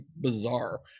bizarre